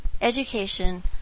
education